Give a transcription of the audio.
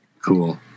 cool